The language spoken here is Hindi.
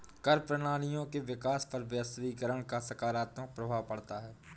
कर प्रणालियों के विकास पर वैश्वीकरण का सकारात्मक प्रभाव पढ़ता है